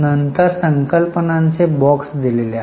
नंतर संकल्पनांचे बॉक्स दिलेले आहेत